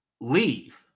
leave